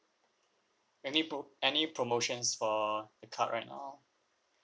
any pro~ any promotions for the card right now